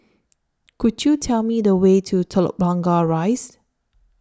Could YOU Tell Me The Way to Telok Blangah Rise